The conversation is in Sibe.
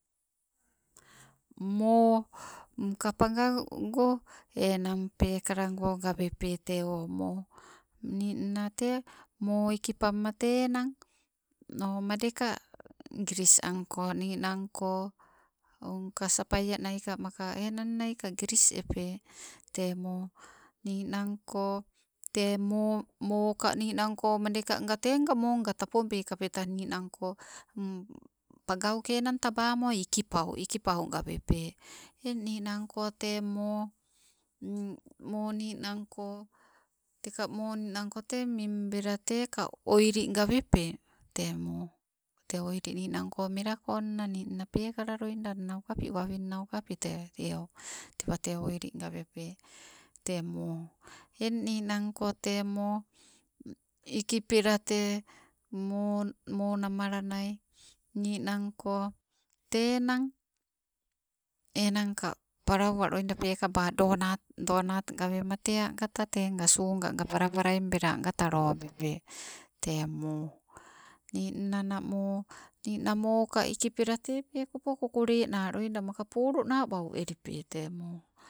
Moo ka pagagogo enang go pekalago gawepe, tee o moo. Ninna tee moo ikipamma enang o madeka giris angko ninangko, ka sapaianai ka maka enan nai giris epe tee moo ninanko tee moo, moo ka ninanko madekang tenga moonga tapobei kapeta ninanko, pagauke enang tabamo enang ikipau, ikipau gawepe. Eng ninanko tee moo ninanko teka moo nnanko tee minbela teka konna, ninna pekalaloida, annauka api, wamin nauka api, tee eu. Tewa tee oili gawepe. Tee moo eng ninang ko tee moo ikipela tee, moo nammalanai ninanko te, enang, enang ka palauwa loida pekaba donat, donat gawema tee agata tee nga lolobepe te moo. Ninna na moo, nii ninang moo ka ikipela teka pekopo kokolena loida maka polana wau elipe.